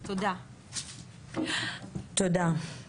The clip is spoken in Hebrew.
אני רוצה לתת את רשות הדיבור לעו"ד עדי